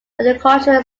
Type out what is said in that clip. agricultural